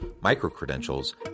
micro-credentials